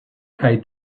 kaj